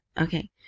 Okay